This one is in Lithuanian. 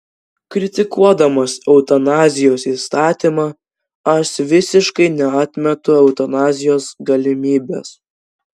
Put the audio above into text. kritikuodamas eutanazijos įstatymą aš visiškai neatmetu eutanazijos galimybės